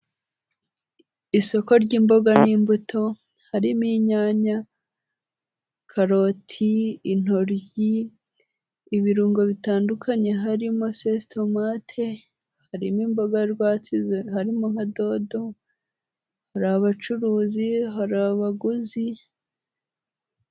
Isoko ry'imboga n'imbuto, harimo inyanya, karoti, intoryi, ibirungo bitandukanye harimo sositomate, harimo imboga rwatsi harimo nka dodo, hari abacuruzi, hari abaguzi.